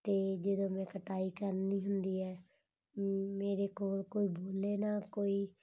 ਅਤੇ ਜਦੋਂ ਮੈਂ ਕਟਾਈ ਕਰਨੀ ਹੁੰਦੀ ਹੈ ਮੇਰੇ ਕੋਲ ਕੋਈ ਬੋਲੇ ਨਾ ਕੋਈ